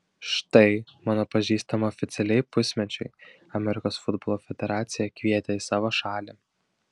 štai mano pažįstamą oficialiai pusmečiui amerikos futbolo federacija kvietė į savo šalį